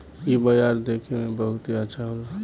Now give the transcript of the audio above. इ बाजार देखे में बहुते अच्छा होला